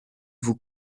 vous